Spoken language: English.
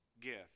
gift